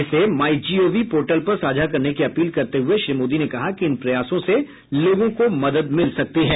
इसे my G O V portal पर साझा करने की अपील करते हुए श्री मोदी ने कहा कि इन प्रयासों से लोगों को मदद मिल सकती है